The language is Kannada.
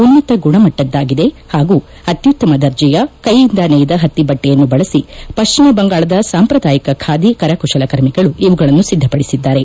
ಉನ್ನತ ಗುಣಮಟ್ಟದ್ದಾಗಿದೆ ಹಾಗೂ ಅತ್ತುತ್ತಮ ದರ್ಜೆಯ ಕೈಯಿಂದ ನೇಯ್ದ ಪತ್ತಿ ಬಟ್ಟೆಯನ್ನು ಬಳಸಿ ಪಶ್ಚಿಮ ಬಂಗಾಳದ ಸಾಂಪ್ರದಾಯಿಕ ಬಾದಿ ಕರಕುಶಲಕರ್ಮಿಗಳು ಇವುಗಳನ್ನು ಸಿದ್ಧಪಡಿಸಿದ್ದಾರೆ